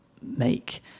make